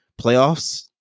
playoffs